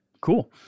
cool